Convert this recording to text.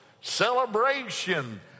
celebration